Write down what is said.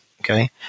Okay